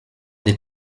des